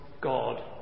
God